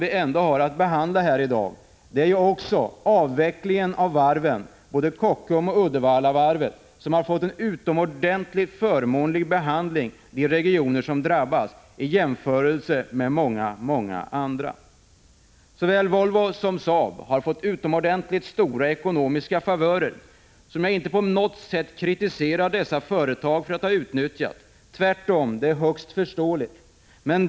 Det vi har att behandla här i dag är ju ändå avvecklingen av varven, både Kockums och Uddevallavarvet, som har fått en mycket förmånlig behandling i jämförelse med många andra regioner som drabbats. Såväl Volvo som Saab har fått utomordentligt stora ekonomiska favörer — som jag inte på något sätt kritiserar dessa företag för att ha utnyttjat, tvärtom är det högst förståeligt.